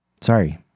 Sorry